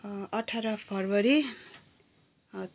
अठार फेब्रुअरी